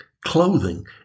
clothing